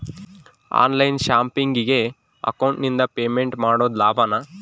On line ಶಾಪಿಂಗಿಗೆ ಅಕೌಂಟಿಂದ payment ಮಾಡೋದು ಲಾಭಾನ?